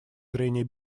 зрения